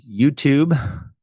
YouTube